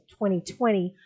2020